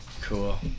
Cool